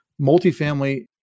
Multifamily